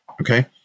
okay